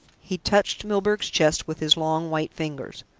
he touched milburgh's chest with his long white ringers.